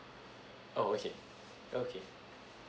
oh okay okay